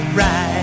right